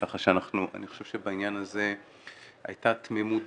ככה שאני חושב שבעניין הזה הייתה תמימות